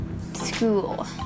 school